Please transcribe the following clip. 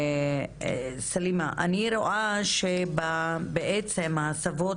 הוועדה המתמדת מאשרת את התוכנית השנתית,